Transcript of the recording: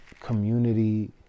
community